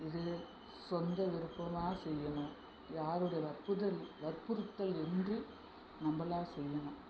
இது சொந்த விருப்பமாக செய்யணும் யாருடைய வற்புதல் வற்புறுத்தல் இன்றி நம்பளாக செய்யணும்